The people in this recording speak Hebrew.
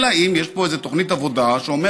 אלא אם יש פה איזו תוכנית עבודה שאומרת: